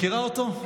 מכירה אותו?